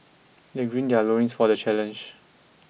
they grid their loins for the challenge